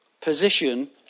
position